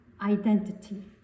identity